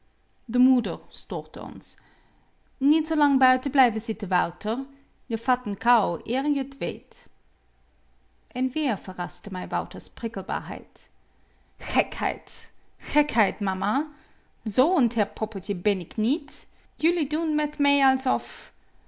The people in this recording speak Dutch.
de moeder stoorde ons niet zoo lang buiten blijven zitten wouter je vat n kou eer je t weet en weer verraste mij wouter's prikkelbaarheid gekheid gekheid mama z'n teer poppetje ben k niet jullie doen met me alsof